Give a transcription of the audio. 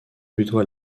plutôt